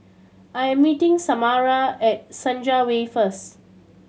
I am meeting Samara at Senja Way first